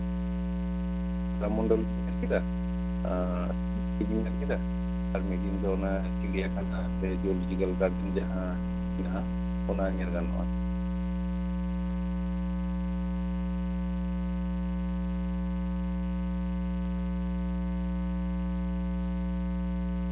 ᱨᱟᱢ ᱢᱚᱱᱫᱤᱨ ᱵᱮᱱ ᱧᱮᱞ ᱠᱮᱫᱟ ᱟᱨ ᱢᱤᱫ ᱛᱮᱵᱮᱱ ᱧᱮᱞᱠᱮᱫᱟ ᱟᱨ ᱢᱤᱫ ᱫᱤᱱ ᱫᱚ ᱚᱱᱟ ᱪᱤᱲᱤᱭᱟᱠᱷᱟᱱ ᱥᱮ ᱡᱩᱞᱚᱡᱤᱠᱮᱞ ᱜᱟᱨᱰᱮᱱ ᱡᱟᱦᱟᱸ ᱢᱮᱱᱟᱜᱼᱟ ᱚᱱᱟ ᱧᱮᱞ ᱜᱟᱱᱚᱜᱼᱟ